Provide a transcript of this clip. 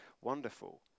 wonderful